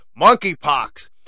Monkeypox